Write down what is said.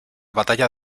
batalla